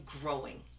growing